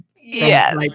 Yes